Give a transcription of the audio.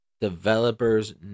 Developers